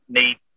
need